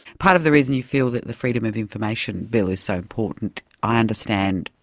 part of the reason you feel that the freedom of information bill is so important, i understand,